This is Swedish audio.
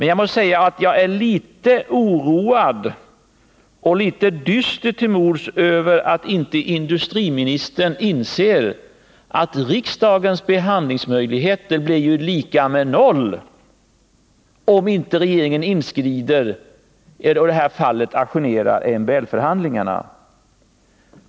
Jag måste säga att jag är litet oroad och litet dyster till mods, därför att industriministern inte inser att riksdagens behandlingsmöjligheter blir lika med noll om inte regeringen inskrider och i det här fallet ajournerar MBL-förhandlingarna.